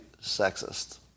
sexist